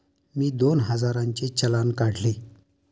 मी दोन हजारांचे चलान काढले